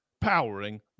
powering